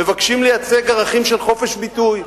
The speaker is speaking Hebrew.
מבקשים לייצג ערכים של חופש ביטוי,